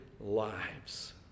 lives